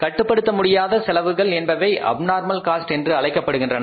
கட்டுப்படுத்த முடியாத செலவுகள் என்பவை அப்நார்மல் காஸ்ட் என்று அழைக்கப்படுகின்றன